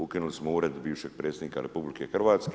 Ukinuli smo ured bivšeg predsjednika RH.